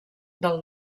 del